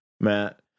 Matt